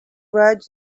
ride